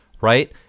Right